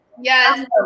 Yes